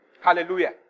Hallelujah